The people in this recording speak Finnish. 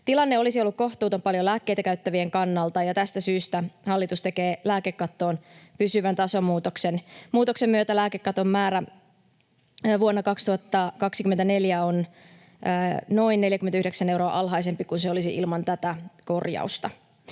Tilanne olisi ollut kohtuuton paljon lääkkeitä käyttävien kannalta, ja tästä syystä hallitus tekee lääkekattoon pysyvän tasomuutoksen. Muutoksen myötä lääkekaton määrä vuonna 2024 on noin 49 euroa alhaisempi kuin se olisi ilman tätä korjausta.